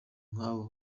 nkabo